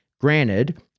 Granted